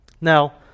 Now